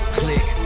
click